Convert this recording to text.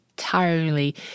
entirely